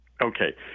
Okay